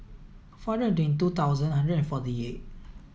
four hundred twenty two thousand hundred forty eight